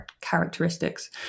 characteristics